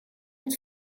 het